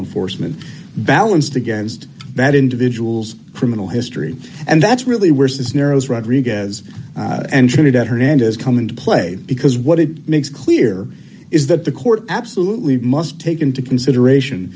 enforcement balanced against that individual's criminal history and that's really where cisneros rodriguez and trinidad hernandez come into play because what it makes clear is that the court absolutely must take into consideration